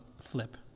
flip